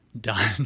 done